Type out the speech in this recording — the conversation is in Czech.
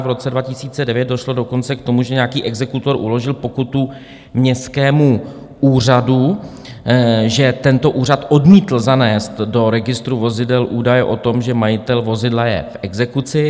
V roce 2009 došlo dokonce k tomu, že nějaký exekutor uložil pokutu městskému úřadu, že tento úřad odmítl zanést do registru vozidel údaje o tom, že majitel vozidla je v exekuci.